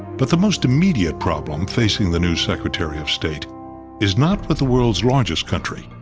but the most immediate problem facing the new secretary of state is not with the world's largest country.